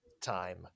time